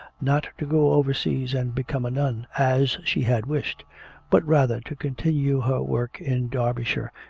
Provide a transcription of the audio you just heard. not to go overseas and become a nun, as she had wished but rather to continue her work in derbyshire,